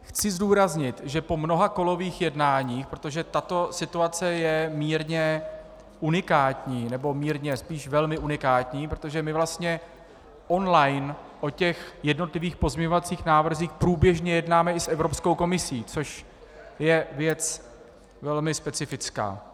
Chci zdůraznit, že po mnohakolových jednáních, protože tato situace je mírně unikátní nebo mírně, spíš velmi unikátní, protože my vlastně online o těch jednotlivých pozměňovacích návrzích průběžně jednáme i s Evropskou komisí, což je věc velmi specifická.